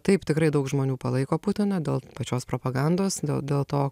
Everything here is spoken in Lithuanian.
taip tikrai daug žmonių palaiko putiną dėl pačios propagandos dėl dėl to